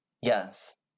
Yes